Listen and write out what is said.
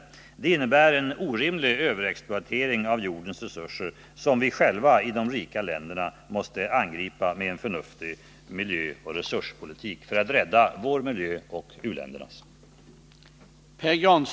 Detta innebär en orimlig överexploatering av jordens resurser, vilken vi själva i de rika länderna måste angripa med en förnuftig miljöoch resurspolitik för att rädda vår miljö och u-ländernas.